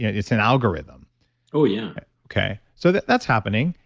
it's an algorithm oh, yeah okay. so that's happening.